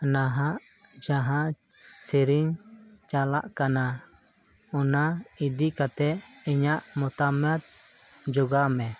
ᱱᱟᱦᱟᱜ ᱡᱟᱦᱟᱸ ᱥᱮᱨᱮᱧ ᱪᱟᱞᱟᱜ ᱠᱟᱱᱟ ᱚᱱᱟ ᱤᱫᱤ ᱠᱟᱛᱮᱫ ᱤᱧᱟᱹᱜ ᱢᱚᱛᱟᱢᱚᱛ ᱡᱚᱜᱟᱣᱢᱮ